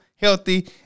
healthy